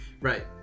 right